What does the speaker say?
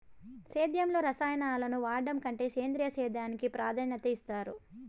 సేద్యంలో రసాయనాలను వాడడం కంటే సేంద్రియ సేద్యానికి ప్రాధాన్యత ఇస్తారు